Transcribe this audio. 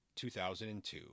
2002